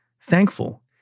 thankful